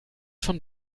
von